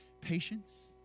Patience